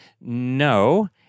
no